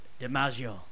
DiMaggio